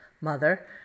mother